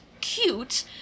cute